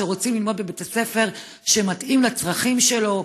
שרוצה ללמוד בבית הספר שמתאים לצרכים שלו,